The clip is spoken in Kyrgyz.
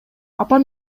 апам